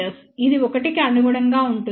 ఇది 1 కి అనుగుణంగా ఉంటుంది అప్పుడు 0